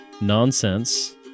nonsense